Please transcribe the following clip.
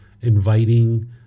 inviting